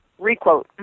ReQuote